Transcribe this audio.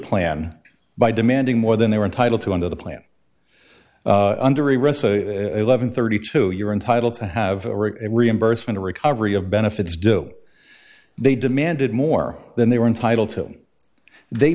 plan by demanding more than they were entitled to under the plan under eleven thirty two you're entitled to have a reimbursement a recovery of benefits do they demanded more than they were entitled to they